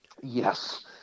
Yes